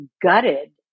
gutted